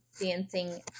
dancing